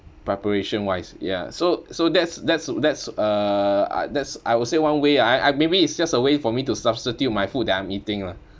preparation wise ya so so that's that's that's uh that's I would say one way I I maybe it's just a way for me to substitute my food that I'm eating lah